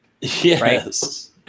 Yes